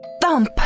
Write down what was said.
Thump